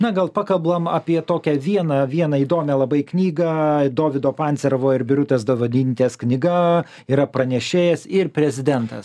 na gal pakablam apie tokią vieną vieną įdomią labai knygą dovydo pancerovo ir birutės dovadinytės knyga yra pranešėjas ir prezidentas